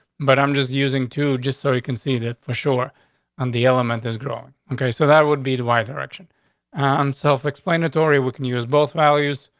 but i'm just using to just so he conceded for sure on the element is growing. okay, so that would be the wife. direction on self explanatory. we can use both values.